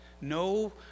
no